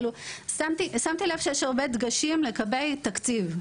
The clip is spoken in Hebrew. שמתי לב שיש הרבה דגשים לגבי תקציב,